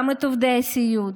גם את עובדי הסיעוד,